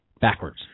backwards